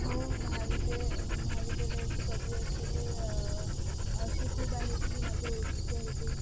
हो महाविद्या महाविद्यालयाची पदवी असलेले असे खूप आहे की माझ्या ओळखीचे आहेत ते